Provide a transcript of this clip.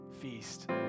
feast